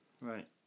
right